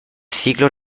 ciclo